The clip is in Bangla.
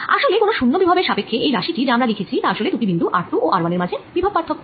তাহলে কোন শূন্য বিভবের সাপেক্ষ্যে এই রাশি টি যা আমরা লিখেছি তা আসলে দুটি বিন্দু r2ও r1এর মাঝে বিভব পার্থক্য